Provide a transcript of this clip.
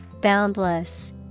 Boundless